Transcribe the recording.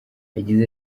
yagize